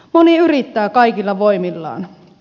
moni yrittää kaikilla voimillaan